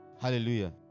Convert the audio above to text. hallelujah